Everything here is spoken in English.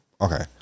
okay